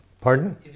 Pardon